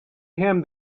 him